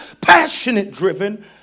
passionate-driven